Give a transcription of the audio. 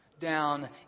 down